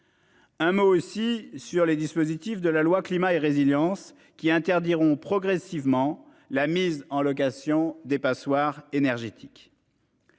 Un mot aussi sur les dispositifs de la loi climat et résilience qui interdiront progressivement la mise en location des passoires énergétiques.